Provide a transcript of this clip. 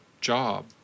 job